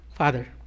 Father